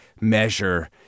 measure